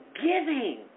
giving